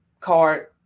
card